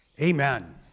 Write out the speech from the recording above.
Amen